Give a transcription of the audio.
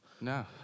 No